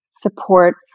support